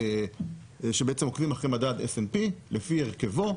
שבעצם עוקבים על פי מדד s&p לפי הרכבו.